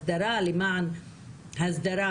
הסדרה למען הסדרה,